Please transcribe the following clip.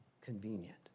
convenient